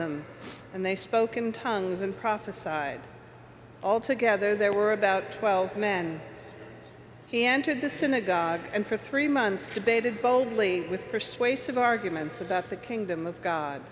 them and they spoke in tongues and prophesied all together there were about twelve men he entered the synagogue and for three months debated boldly with persuasive arguments about the kingdom